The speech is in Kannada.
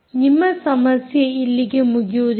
ನಿಮ್ಮ ಸಮಸ್ಯೆ ಇಲ್ಲಿಗೆ ಮುಗಿಯುವುದಿಲ್ಲ